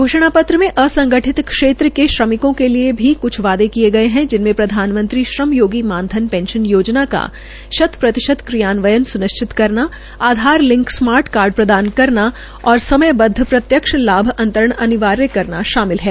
घोषणा पत्र में असंगठित क्षेत्र के श्रमिकों के लिए भी कुछ वायदे किए गये है जिनमें प्रधानमंत्री श्रम योगी मान धन पेंश्न योजना का शत प्रतिशत क्रियान्वन सुनिश्चित करना आधार लिंग स्मार्ट कार्ड प्रदान करना और समयब प्रत्यक्ष लाभ अंतरण अनिवार्य करना शामिल है